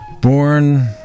Born